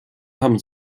haben